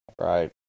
Right